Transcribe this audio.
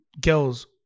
girls